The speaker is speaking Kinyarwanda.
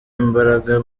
imbaraga